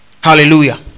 hallelujah